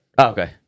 Okay